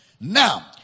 Now